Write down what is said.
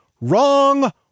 wrong